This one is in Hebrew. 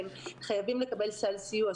והם חייבים לקבל סל סיוע.